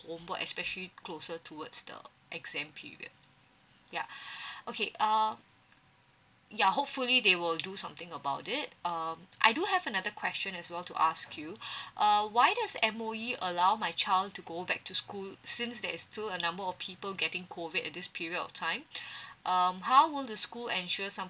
homework especially closer towards the exam period yeah okay um ya hopefully they will do something about it um I do have another question as well to ask you uh why is M_O_E allow my child to go back to school since there is still a number of people getting COVID at this period of time um how will the school ensure some